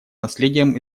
наследием